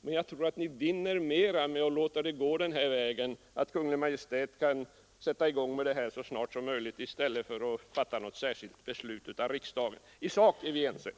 Men jag tror att ni vinner mera med att låta ärendet gå den här vägen — att Kungl. Maj:t kan sätta i gång med frågan så snart som möjligt i stället för att riksdagen fattar ett särskilt beslut. I sak är vi ense.